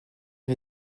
est